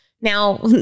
Now